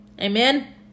amen